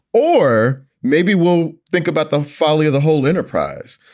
or maybe we'll think about the folly of the whole enterprise.